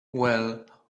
well